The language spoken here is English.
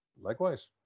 Likewise